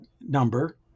number